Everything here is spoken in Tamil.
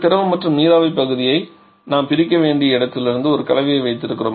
திரவ மற்றும் நீராவி பகுதியை நாம் பிரிக்க வேண்டிய இடத்திலிருந்து ஒரு கலவையை வைத்திருக்கிறோம்